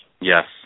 yes